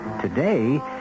Today